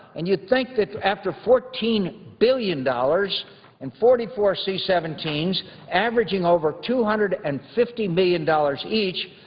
and you'd think that after fourteen billion dollars and forty four c seventeen s averaging over two hundred and fifty million dollars each,